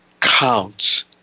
counts